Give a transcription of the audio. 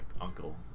uncle